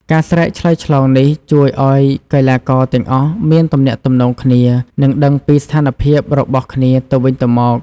ការស្រែកឆ្លើយឆ្លងនេះជួយឲ្យកីឡាករទាំងអស់មានទំនាក់ទំនងគ្នា និងដឹងពីស្ថានភាពរបស់គ្នាទៅវិញទៅមក។